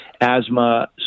asthma